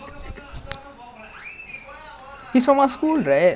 that guy legit like a he is O_P lah but his err oh shit [what]